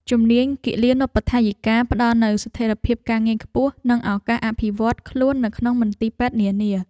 ជំនាញគិលានុបដ្ឋាយិកាផ្តល់នូវស្ថិរភាពការងារខ្ពស់ និងឱកាសអភិវឌ្ឍន៍ខ្លួននៅក្នុងមន្ទីរពេទ្យនានា។